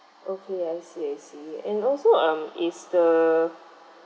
okay I see I see and also um is the